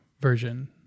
version